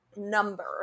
number